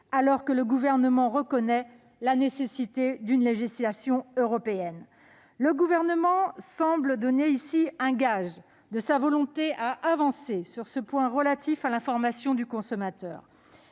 alors qu'il reconnaît la nécessité d'une législation européenne. Le Gouvernement semble donner ici un gage de sa volonté d'avancer sur ce point relatif à l'information du consommateur,